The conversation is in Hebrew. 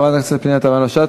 חברת הכנסת פנינה תמנו-שטה,